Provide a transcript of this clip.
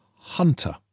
Hunter